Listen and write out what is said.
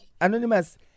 anonymous